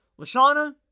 Lashana